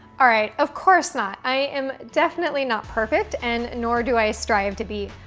alright, of course not. i am definitely not perfect, and nor do i strive to be.